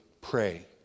pray